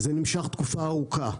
זה נמשך תקופה ארוכה,